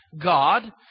God